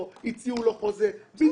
חוזה,